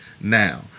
Now